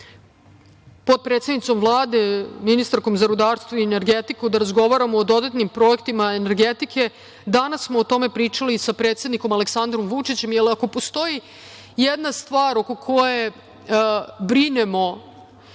potpredsednicom Vlade, ministarkom za rudarstvo i energetiku da razgovaramo o dodatnim projektima energetike. Danas smo o tome pričali sa predsednikom, Aleksandrom Vučićem, jer ako postoji jedna stvar oko koje brinemo